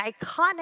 iconic